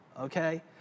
Okay